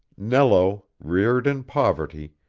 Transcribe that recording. nello, reared in poverty,